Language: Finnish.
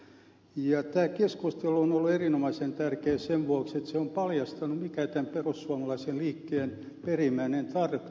ja tämä keskustelu on ollut erinomaisen tärkeä sen vuoksi että se on paljastanut mikä tämän perussuomalaisen liikkeen perimmäinen tarkoitus on